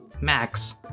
Max